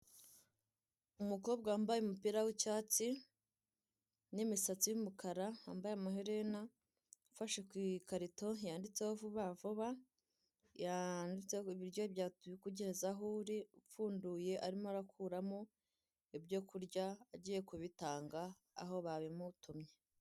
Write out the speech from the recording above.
Umukobwa wambaye umupira w'icyatsi, n'imisatsi y'umukara, wambaye amaherena, ufashe ku ikarito yanditseho vuba vuba, yanditseho ibiryo byawe tubikugereze aho uri, apfunduye arimo arakuramo ibyo kurya agiye kubitanga aho babimutumye.